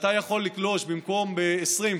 שאתה יכול לגלוש במקום ב-20,